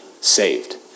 saved